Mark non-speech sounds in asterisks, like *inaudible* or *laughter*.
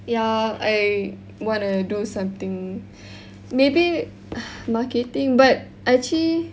ya I want to do something *breath* maybe uh marketing but actually